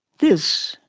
this,